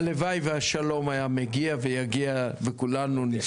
הלוואי והשלום היה מגיע ויגיע וכולנו.